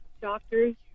doctors